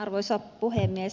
arvoisa puhemies